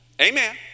Amen